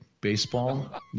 baseball